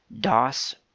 DOS